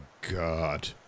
God